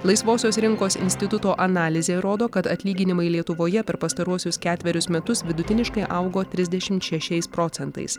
laisvosios rinkos instituto analizė rodo kad atlyginimai lietuvoje per pastaruosius ketverius metus vidutiniškai augo trisdešimt šešiais procentais